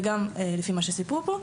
וגם לפי מה שסיפרו פה.